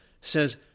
says